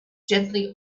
gently